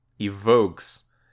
evokes